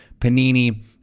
Panini